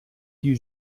die